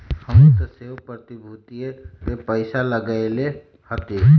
हमहुँ तऽ सेहो प्रतिभूतिय में पइसा लगएले हती